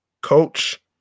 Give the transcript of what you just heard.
Coach